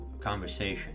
conversation